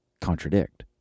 contradict